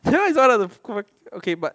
that [one] is not a good okay but